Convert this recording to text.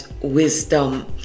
wisdom